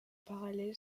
parallèle